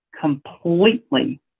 completely